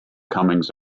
comings